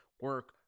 Work